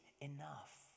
enough